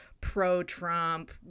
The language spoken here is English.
pro-Trump